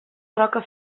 roca